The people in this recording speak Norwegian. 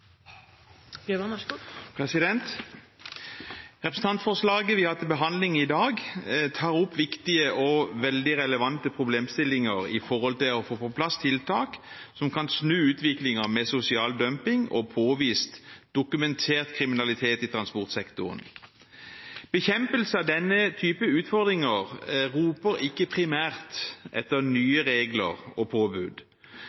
Representantforslaget vi har til behandling i dag, tar opp viktige og veldig relevante problemstillinger når det gjelder å få på plass tiltak som kan snu utviklingen med sosial dumping og påvist dokumentert kriminalitet i transportsektoren. Bekjempelsen av denne typen utfordringer roper ikke primært etter